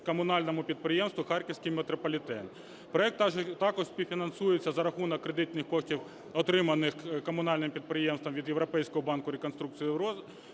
комунальному підприємству "Харківський метрополітен". Проект також співфінансується за рахунок кредитних коштів, отриманих комунальним підприємством від Європейського банку реконструкції і